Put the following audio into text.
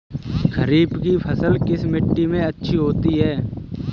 खरीफ की फसल किस मिट्टी में अच्छी होती है?